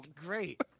Great